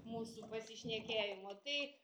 mūsų pasišnekėjimo tai